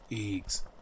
eggs